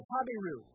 Habiru